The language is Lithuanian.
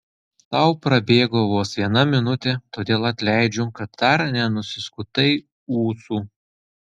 tau prabėgo vos viena minutė todėl atleidžiu kad dar nenusiskutai ūsų